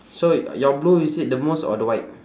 so your blue is it the most or the white